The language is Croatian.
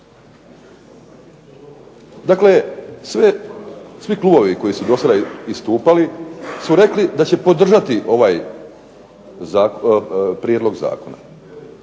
Dakle, svi klubovi koji su do sada istupali su rekli da će podržati ovaj prijedlog zakona